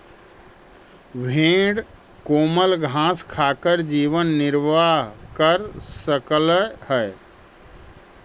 भेंड कोमल घास खाकर जीवन निर्वाह कर सकअ हई